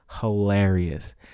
hilarious